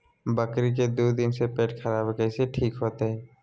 बकरी के दू दिन से पेट खराब है, कैसे ठीक होतैय?